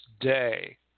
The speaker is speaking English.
day